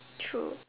true